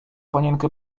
panienkę